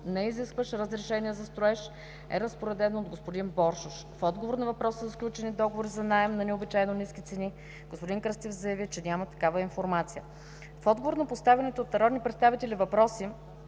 неизискващ разрешение за строеж, е разпоредено от господин Боршош. В отговор на въпроса за сключени договори за наем на необичайно ниски цени господин Кръстев заяви, че няма такава информация. В отговор на поставените от народните представители въпроси